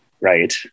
right